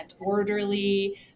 orderly